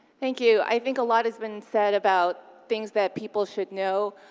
thank you. i think a lot has been said about things that people should know.